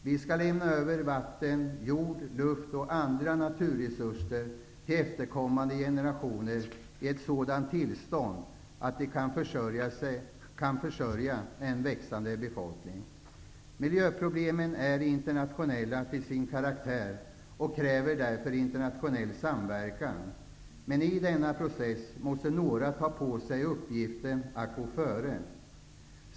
Vi skall lämna över vatten, jord, luft och andra naturresurser till efterkommande generationer i ett sådant tillstånd att de kan försörja en växande befolkning. Miljöproblemen är internationella till sin karaktär och kräver därför internationell samverkan. Men i denna process måste några ta på sig uppgiften att gå före.